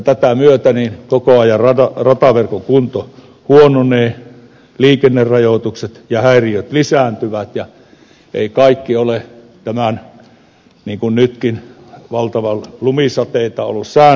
tätä myöten koko ajan rataverkon kunto huononee liikennerajoitukset ja häiriöt lisääntyvät ja kaikki ei ole tämän sään syytä niin kuin nytkin on valtavasti lumisateita ollut